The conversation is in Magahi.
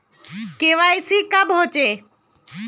के.वाई.सी कब होचे?